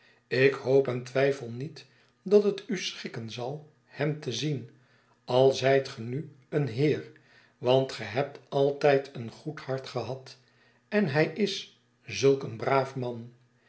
ik hoop en twijfel niet dat het u schikken zal hem te zien al zijt ge nu een heer want ge hebt altijd een goed hart gehad en hij is zulk een braaf man